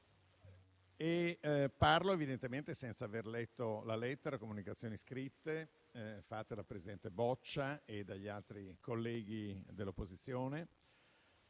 Parlo evidentemente senza aver letto la lettera e le comunicazioni scritte fatte dal presidente Boccia e dagli altri colleghi dell'opposizione,